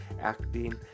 acting